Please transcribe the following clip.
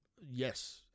Yes